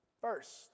First